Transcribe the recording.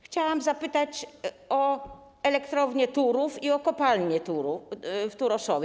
Chciałam zapytać o elektrownię Turów i o kopalnię w Turoszowie.